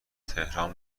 تهران